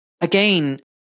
again